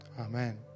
Amen